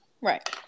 Right